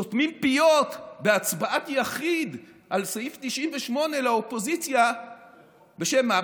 סותמים פיות לאופוזיציה בהצבעת יחיד על סעיף 98 בשם מה?